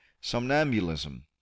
somnambulism